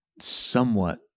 somewhat